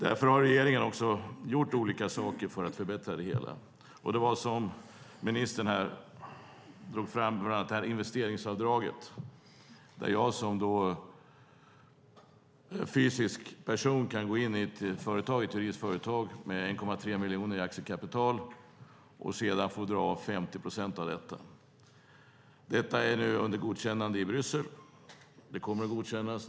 Därför har regeringen gjort olika saker för att förbättra det hela. Ministern nämnde bland annat investeringsavdraget. Det innebär att jag som fysisk person kan gå in i till exempel ett turistföretag med 1,3 miljoner i aktiekapital och sedan får dra av 50 procent av detta. Detta är under godkännande i Bryssel, och det kommer att godkännas.